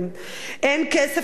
אין כסף למטפלת,